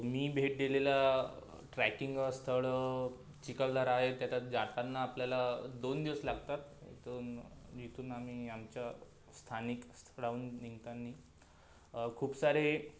मी भेट दिलेला ट्रॅकिंग स्थळ चिखलदरा आहे त्याच्यात जाताना आपल्याला दोन दिवस लागतात इथून म्हणजे इथून आम्ही आमच्या स्थानिक स्थळाहून निघताना खूप सारे